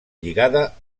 lligada